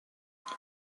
ich